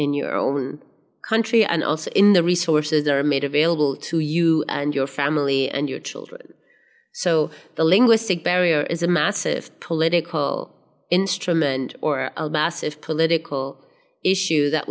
in your own country and also in the resources that are made available to you and your family and your children so the linguistic barrier is a massive political instrument or a massive political issue that